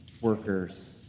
workers